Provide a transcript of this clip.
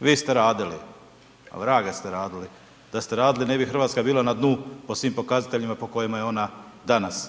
Vi ste radili. Ma vraga ste radili. Da ste radili, ne bi Hrvatska bila na dnu po svim pokazateljima po kojima je ona danas,